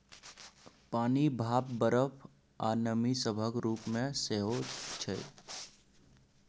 पानि, भाप, बरफ, आ नमी सभक रूप मे सेहो छै